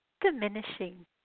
diminishing